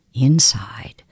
inside